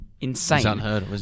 insane